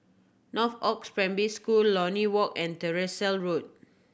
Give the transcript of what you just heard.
Northoaks Primary School Lornie Walk and Tyersall Road